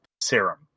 serum